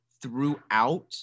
throughout